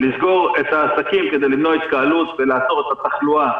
לסגור עסקים כדי למנוע התקהלות ולעצור את התחלואה,